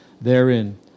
therein